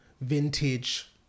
vintage